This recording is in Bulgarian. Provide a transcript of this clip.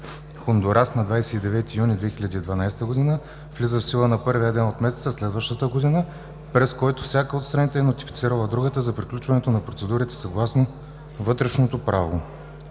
Хондурас на 29 юни 2012 г. Влиза в сила на първия ден от месеца, следващ месеца, през който всяка от страните е нотифицирала другата за приключването на процедурите, съгласно вътрешното право.